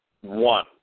one